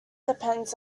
depends